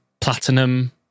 platinum